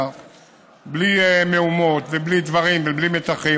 בלי מהומות ובלי דברים ובלי מתחים,